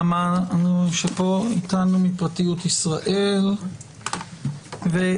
נעמה מפרטיות ישראל איתנו.